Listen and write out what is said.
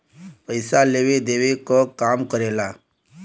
पइसा लेवे देवे क काम करेला